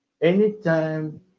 Anytime